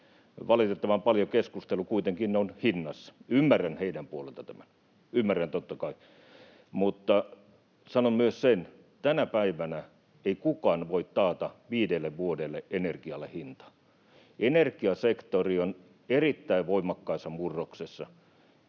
Valitettavan paljon keskustelu kuitenkin on hinnassa. Ymmärrän heidän puoleltaan tämän, ymmärrän totta kai, mutta sanon myös sen, että tänä päivänä ei kukaan voi taata viidelle vuodelle energialle hintaa. Energiasektori on erittäin voimakkaassa murroksessa,